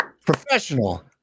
professional